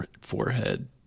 forehead